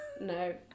No